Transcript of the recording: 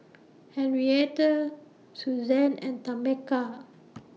Henriette Suzanne and Tameka